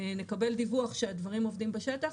נקבל דיווח שהדברים עובדים בשטח